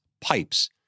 pipes